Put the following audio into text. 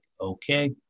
okay